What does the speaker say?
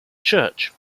church